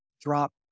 drop